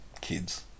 kids